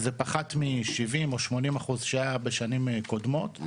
זה פחות מ-80%-70% שהיה בשנים הקודמות.